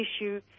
issue